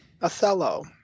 Othello